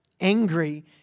angry